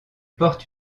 porte